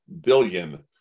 billion